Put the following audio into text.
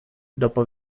dopo